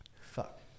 fuck